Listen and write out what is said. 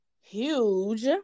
huge